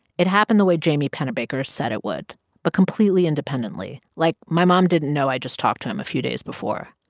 it happened the way jamie pennebaker said it would but completely independently. like, my mom didn't know i just talked to him a few days before.